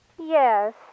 Yes